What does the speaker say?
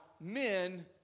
men